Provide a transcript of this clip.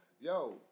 Yo